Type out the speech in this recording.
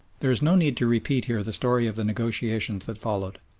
there is no need to repeat here the story of the negotiations that followed.